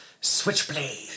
Switchblade